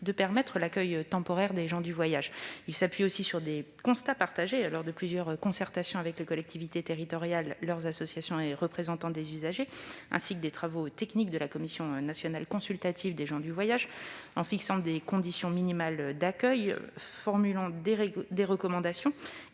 de permettre l'accueil temporaire des gens du voyage. Il s'appuie aussi sur des constats partagés lors de plusieurs concertations avec des collectivités territoriales, leurs associations et des représentants des usagers, ainsi que des travaux techniques de la Commission nationale consultative des gens du voyage. Ce décret fixe des conditions minimales d'accueil, formule des recommandations